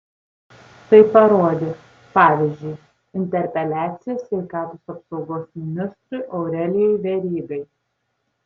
tai parodė pavyzdžiui interpeliacija sveikatos apsaugos ministrui aurelijui verygai